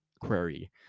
query